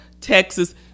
Texas